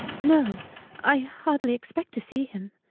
no i hardly expect to see him.